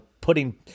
putting